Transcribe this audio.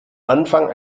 anfang